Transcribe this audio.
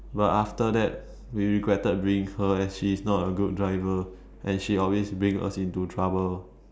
but after that we regretted bringing her as she is not a good driver and she always bring us into trouble